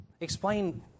Explain